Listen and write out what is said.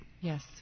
Yes